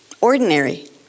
ordinary